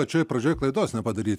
pačioj pradžioj klaidos nepadaryt